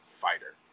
fighter